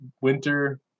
winter